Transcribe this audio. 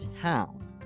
town